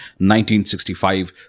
1965